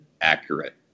accurate